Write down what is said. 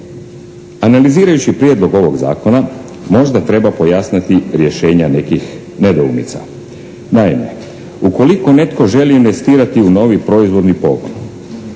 Analizirajući prijedlog ovog Zakona možda treba pojasniti rješenja nekih nedoumica. Naime, ukoliko netko želi investirati u novi proizvodni pogon